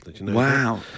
Wow